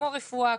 כמו רפואה,